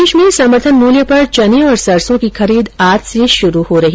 प्रदेश में समर्थन मूल्य पर चने और सरसों की खरीद आज से शुरू होगी